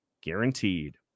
guaranteed